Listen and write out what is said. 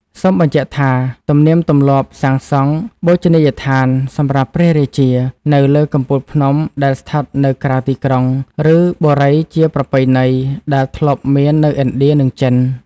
សូមបញ្ជាក់ថា ទំនៀមទម្លាប់សាងសង់ បូជនីយដ្ឋានសម្រាប់ព្រះរាជា នៅលើកំពូលភ្នំដែលស្ថិតនៅក្រៅទីក្រុង ឬ បុរីជាប្រពៃណី ដែលធ្លាប់មាននៅឥណ្ឌា និងចិន ។